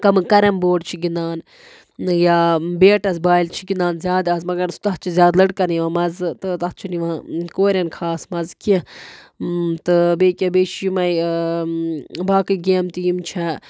کَمہٕ carrom board چھِ گِنٛدان یا بیٹَس بالہِ چھِ گِنٛدان زیادٕ اَز مگر تَتھ چھِ زیادٕ لٔڑکَن یِوان مَزٕ تہٕ تَتھ چھُنہٕ یِوان کورٮ۪ن خاص مَزٕ کیٚنٛہہ تہٕ بیٚیہِ کیٛاہ بیٚیہِ چھِ یِمے باقٕے گیمہٕ تہِ یِم چھےٚ